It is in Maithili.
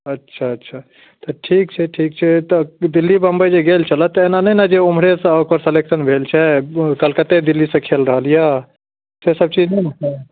अच्छा अच्छा तऽ ठीक छै ठीक छै ई तऽ दिल्ली बम्बइ जे गेल छलए तऽ एना नहि ने जे ओम्हरे सऽ ओकर सेलेक्शन भेल छै कलकत्ते दिल्ली सऽ खेल रहलिया से सब चीज नहि ने छै